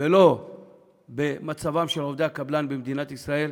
ולא במצבם של עובדי הקבלן במדינת ישראל,